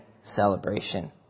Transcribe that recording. celebration